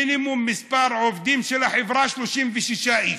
מינימום מספר העובדים של החברה, 36 איש.